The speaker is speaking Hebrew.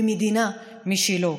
למדינה משלו,